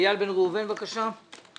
איל בן ראובן, בבקשה.